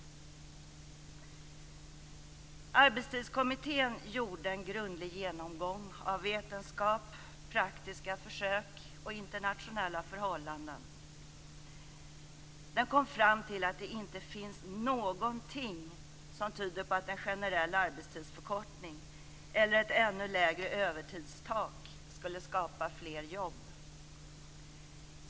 Arbetstidskommittén gjorde en grundlig genomgång av vetenskap, praktiska försök och internationella förhållanden. Den kom fram till att det inte finns någonting som tyder på att en generell arbetstidsförkortning eller ett ännu lägre övertidstak skulle skapa fler jobb.